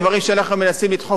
בשיקום האסיר,